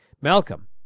Malcolm